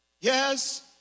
Yes